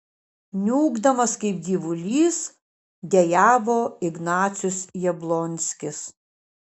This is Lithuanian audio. niūkdamas kaip gyvulys dejavo ignacius jablonskis